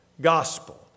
gospel